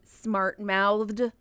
smart-mouthed